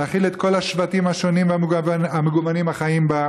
להכיל את כל השבטים השונים והמגוונים החיים בה,